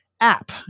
app